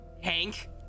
Hank